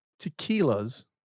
tequilas